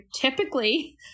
typically